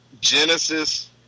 Genesis